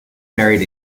buried